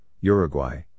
Uruguay